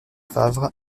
favre